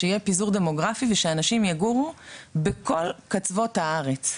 שיהיה פיזור דמוגרפי ושאנשים יגורו בכל קצוות הארץ.